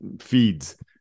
feeds